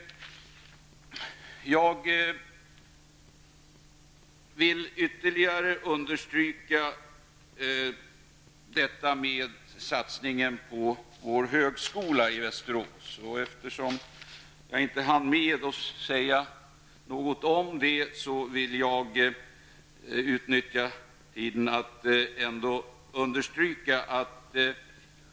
Jag vill ytterligare understryka vikten av en satsning av vår högskola i Västerås.